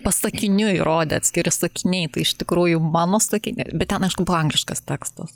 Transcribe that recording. pasakiniui rodė atskiri sakiniai tai iš tikrųjų mano sakini bet ten aišku buvo angliškas tekstas